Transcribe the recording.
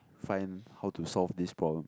find how to solve this problem